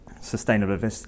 sustainable